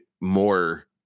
more